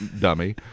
dummy